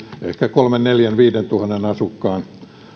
ehkä kolmeentuhanteen viiva viiteentuhanteen asukkaan